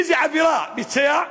איזה עבירה ביצע?